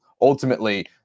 ultimately